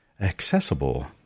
accessible